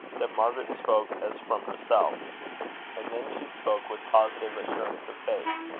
that margaret spoke as from herself and then she spoke with positive assurance of faith.